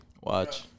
Watch